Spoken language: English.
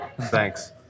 Thanks